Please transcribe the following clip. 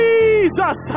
Jesus